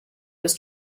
was